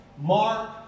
Mark